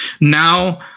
now